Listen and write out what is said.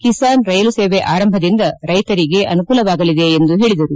Kisan rail ಸೇವೆ ಆರಂಭದಿಂದ ರೈತರಿಗೆ ಅನುಕೂಲವಾಗಲಿದೆ ಎಂದು ಪೇಳಿದರು